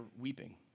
weeping